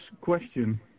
question